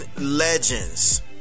legends